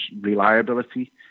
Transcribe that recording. reliability